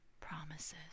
promises